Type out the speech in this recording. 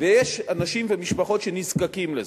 ויש אנשים ומשפחות שנזקקים לזה.